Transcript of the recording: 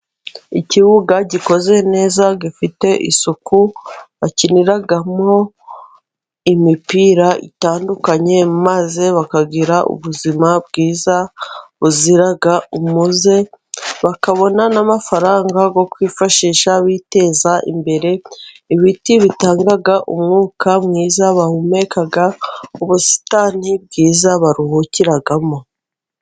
Ikibuga gikoze neza, gifite isuku bakiniramo imipira itandukanye, maze bakagira ubuzima bwiza buzirara umuze, bakabona n'amafaranga yo kwifashisha biteza imbere, ibiti bitanga umwuka mwiza bahumeka, ubusitani bwiza baruhukiramo.